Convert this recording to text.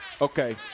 okay